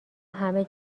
همه